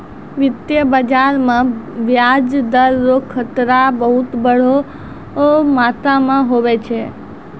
वित्तीय बाजार मे ब्याज दर रो खतरा बहुत बड़ो मात्रा मे हुवै छै